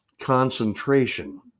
concentration